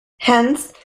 hence